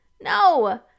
no